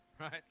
right